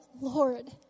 Lord